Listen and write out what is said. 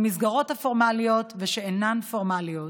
במסגרות פורמליות ושאינן פורמליות.